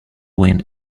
win